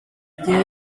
gihe